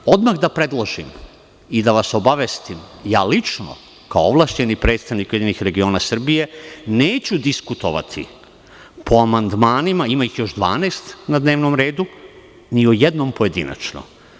Odmah da predložim i da vas obavestim, ja lično, kao ovlašćeni predstavnik URS, neću diskutovati po amandmanima, ima ih još 12 na dnevnom redu, ni o jednom pojedinačno.